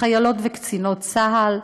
חיילות וקצינות צה"ל.